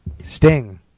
Sting